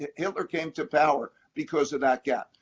hitler came to power because of that gap.